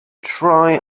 try